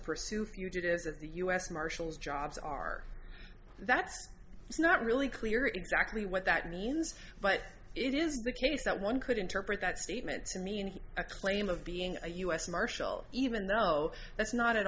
pursue fugitives that the u s marshals jobs are that's not really clear exactly what that means but it is the case that one could interpret that statement to mean he's a claim of being a u s marshal even though that's not at